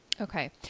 Okay